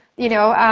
you know,